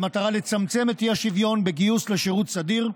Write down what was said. במטרה לצמצמם את האי-שוויון בגיוס לשירות סדיר,